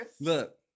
Look